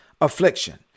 affliction